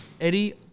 Eddie